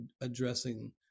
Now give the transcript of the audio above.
addressing